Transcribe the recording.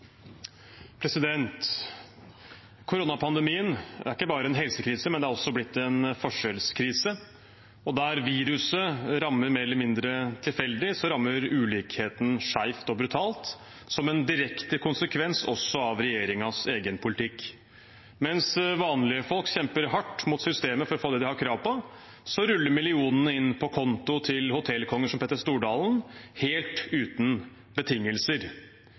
er ikke bare en helsekrise, den er også blitt en forskjellskrise. Der viruset rammer mer eller mindre tilfeldig, rammer ulikheten skjevt og brutalt, også som en direkte konsekvens av regjeringens egen politikk. Mens vanlige folk kjemper hardt mot systemet for å få det de har krav på, ruller millionene inn på konto til hotellkonger som Petter Stordalen,